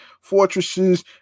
fortresses